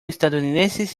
estadounidenses